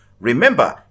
remember